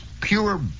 pure